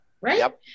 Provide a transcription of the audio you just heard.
Right